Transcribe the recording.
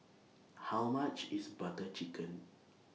How much IS Butter Chicken